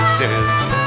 dead